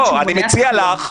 אני מציע לך,